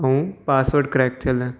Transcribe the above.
ऐं password crack थियलु